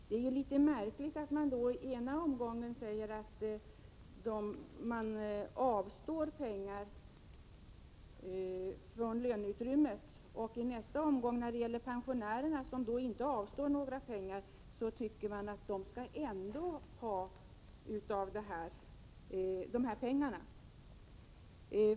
Det är litet märkligt att man i den ena omgången säger att löntagarna avstår pengar från löneutrymmet, medan man i nästa omgång, när det gäller pensionärerna, som inte avstår några pengar, tycker att de ändå skall ha av dessa medel.